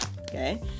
okay